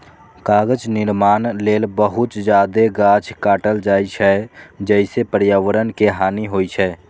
कागज निर्माण लेल बहुत जादे गाछ काटल जाइ छै, जइसे पर्यावरण के हानि होइ छै